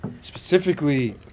Specifically